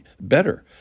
better